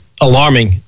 alarming